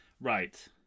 Right